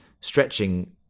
stretching